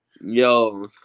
Yo